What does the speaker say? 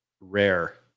rare